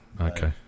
okay